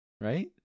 right